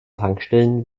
tankstellen